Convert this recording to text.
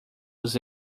dos